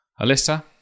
Alyssa